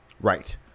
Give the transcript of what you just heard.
right